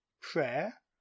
prayer